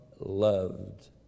loved